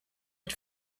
had